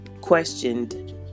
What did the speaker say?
questioned